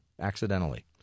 accidentally